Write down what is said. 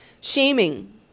Shaming